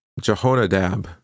Jehonadab